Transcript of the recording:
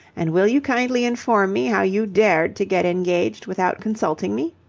and will you kindly inform me how you dared to get engaged without consulting me?